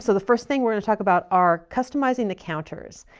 so the first thing we're gonna talk about are customizing the counters.